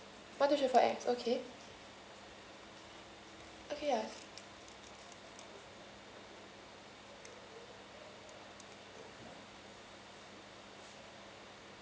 one two three four X okay okay uh